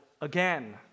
again